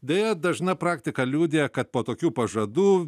deja dažna praktika liudija kad po tokių pažadų